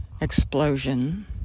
explosion